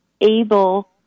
able